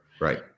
Right